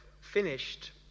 finished